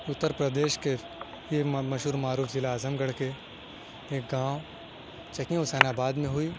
اتّر پردیش کے یہ مشہور معروف ضلع اعظم گڑھ کے ایک گاؤں حسین آباد میں ہوئی